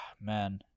man